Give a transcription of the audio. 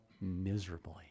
miserably